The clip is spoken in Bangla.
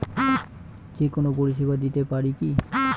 যে কোনো পরিষেবা দিতে পারি কি?